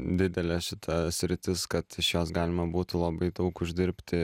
didelė šita sritis kad iš jos galima būtų labai daug uždirbti